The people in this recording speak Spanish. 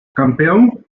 campeón